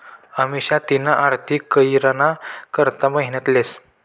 अमिषा तिना आर्थिक करीयरना करता मेहनत लेस